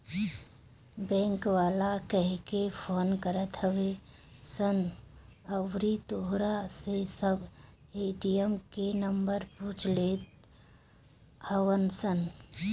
bank वाला कहिके phone करत हवे सन अउरी तोहरा से सब ए.टी.एम के नंबर पूछ लेत हवन सन